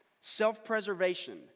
Self-preservation